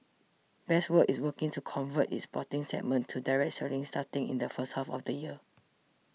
best World is working to convert its export segment to direct selling starting in the first half of the year